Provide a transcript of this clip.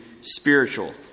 spiritual